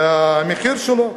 ואת המחיר שלו.